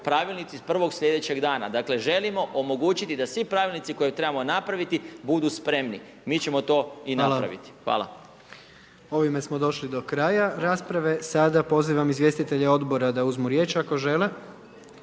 pravilnici 1. slijedećeg dana. Dakle, želimo omogućiti da svi pravilnici koje trebamo napraviti budu spremni. Mi ćemo to i napraviti. Hvala. **Jandroković, Gordan (HDZ)** Hvala. Ovime smo došli do kraja rasprave. Sada pozivam izvjestitelje Odbora da uzmu riječ ako žele.